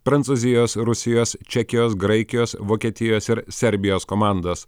prancūzijos rusijos čekijos graikijos vokietijos ir serbijos komandos